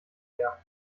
mehr